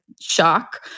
shock